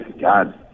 God